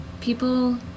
people